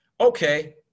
Okay